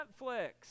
Netflix